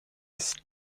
its